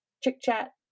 Chick-chat